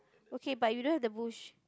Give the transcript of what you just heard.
okay but you don't have the bush